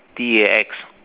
T A X